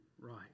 right